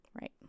right